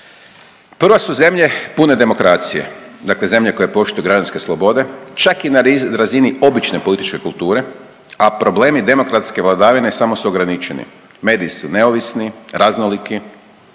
Prva su zemlje pune demokracije, dakle zemlje koje poštuju građanske slobode čak i na razini obične političke kulture, a problemi demokratske vladavine samo su ograničeni, mediji su neovisni, raznoliki,